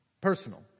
Personal